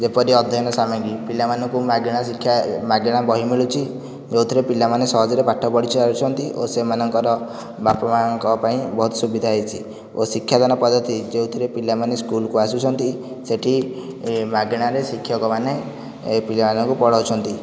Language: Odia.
ଯେପରି ଅଧ୍ୟୟନ ସାମଗ୍ରୀ ପିଲାମାନଙ୍କୁ ମାଗଣା ଶିକ୍ଷା ମାଗଣା ବହି ମିଳୁଛି ଯେଉଁଥିରେ ପିଲାମାନେ ସହଜରେ ପାଠ ପଢ଼ି ଚାଲିଛନ୍ତି ଓ ସେମାନଙ୍କର ବାପା ମାଙ୍କ ପାଇଁ ବହୁତ ସୁବିଧା ହୋଇଛି ଓ ଶିକ୍ଷାଦାନ ପ୍ରଗତି ଯେଉଁଥିରେ ପିଲାମାନେ ସ୍କୁଲକୁ ଆସୁଛନ୍ତି ସେଠି ମାଗଣାରେ ଶିକ୍ଷକ ମନେ ଏ ପିଲାମାନଙ୍କୁ ପଢ଼ାଉଛନ୍ତି